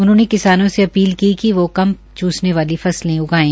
उन्होंने किसानों से अपील की कि वोह कम पानी चूसने वाली फसले उगाये